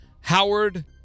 Howard